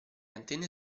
antenne